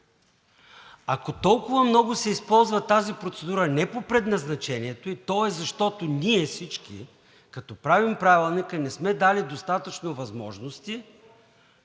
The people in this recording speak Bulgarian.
Ако толкова много се използва тази процедура не по предназначението и, то е защото ние всички, като правим Правилника, не сме дали достатъчно възможности